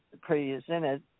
presented –